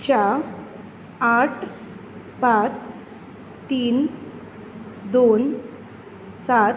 च्या आठ पाच तीन दोन सात